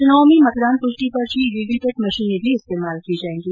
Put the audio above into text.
चुनाव में मंतदान पुष्टि पर्ची वीवी पैट मशीनें भी इस्तेमाल की जाएंगी